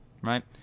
right